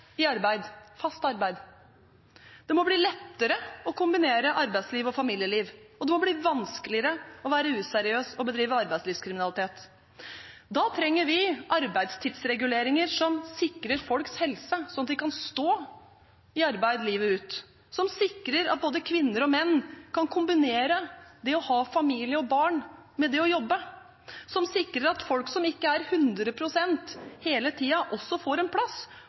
fast arbeid. Det må bli lettere å kombinere arbeidsliv med familieliv, og det må bli vanskeligere å være useriøs og bedrive arbeidslivskriminalitet. Da trenger vi arbeidstidsreguleringer som sikrer folks helse, sånn at de kan stå i arbeid livet ut, som sikrer at både kvinner og menn kan kombinere det å ha familie og barn med det å jobbe, og som sikrer at folk som ikke er 100 pst. hele tiden, også får en plass